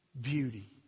beauty